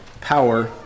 power